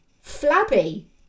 flabby